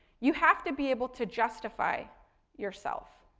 you have to be able to justify yourself.